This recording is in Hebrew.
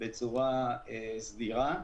בצורה סבירה,